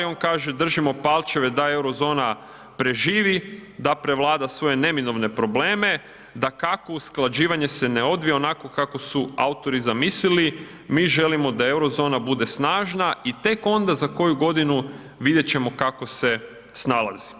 On kaže držimo palčeve da euro zona preživi, da prevlada svoje neminovne probleme, dakako usklađivanje se ne odvija onako kako su autori zamislili, mi želimo da euro zona bude snažna i tak onda za koju godinu vidjet ćemo kako se snalazi.